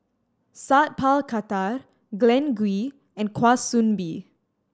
Sat Pal Khattar Glen Goei and Kwa Soon Bee